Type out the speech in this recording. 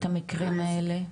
את המקרים האלה?